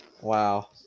Wow